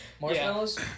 Marshmallows